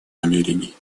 намерений